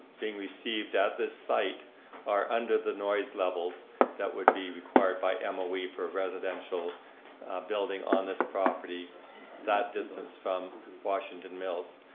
being received at this site are under the noise levels that would be required by um ah moe for residential building on this property that distance from washington mills.